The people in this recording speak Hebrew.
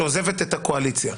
שעוזבת את הקואליציה.